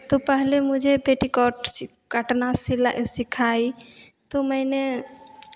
तो पहले मुझे पेटीकोट काटना सिला सिखाई तो मैंने